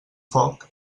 foc